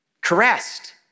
caressed